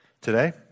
today